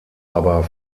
aber